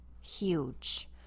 huge